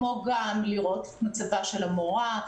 כמו גם לראות את מצבה של המורה,